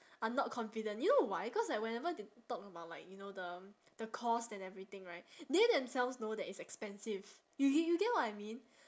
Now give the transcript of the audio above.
are not confident you know why cause like whenever they talk about like you know the the cost and everything right they themselves know that it's expensive you g~ you get what I mean